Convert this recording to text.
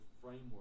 framework